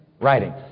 writing